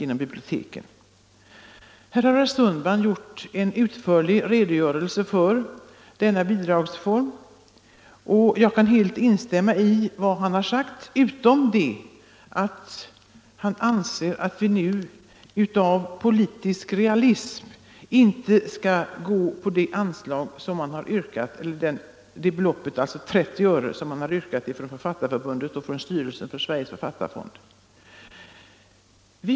Herr Sundman har här lämnat en utförlig redogörelse för denna bidragsform, och jag kan helt instämma i vad han har sagt utom när han anser att vi med hänsyn till den politiska realismen inte bör gå på beloppet 30 öre som Författarförbundet och styrelsen för Sveriges författarfond har begärt. Vi.